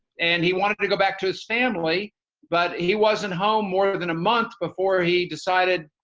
and he wanted to go back to stanley, but he wasn't home more than a month before he decided,